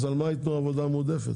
אז על מה ייתנו עבודה מועדפת?